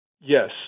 Yes